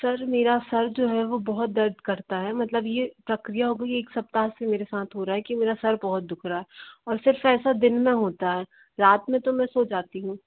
sir मेरा सिर जो है वो बहुत दर्द करता है मतलब ये प्रक्रिया हो गई है एक सप्ताह से मेरे साथ हो रहा है कि मेरा सिर बहुत दुख रहा है और सिर्फ़ ऐसा दिन में होता है रात में तो मैं सो जाती हूँ